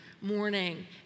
morning